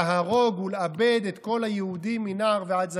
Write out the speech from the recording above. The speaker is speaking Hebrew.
להרֹג ולאבד את כל היהודים מנער ועד זקן".